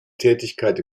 tätigkeit